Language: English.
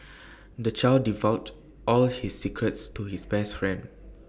the child divulged all his secrets to his best friend